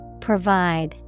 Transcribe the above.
Provide